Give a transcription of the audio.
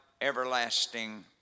everlasting